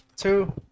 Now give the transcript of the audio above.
Two